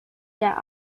der